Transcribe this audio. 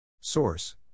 Source